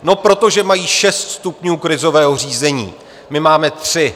No proto, že mají šest stupňů krizového řízení, my máme tři.